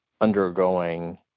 undergoing